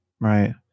right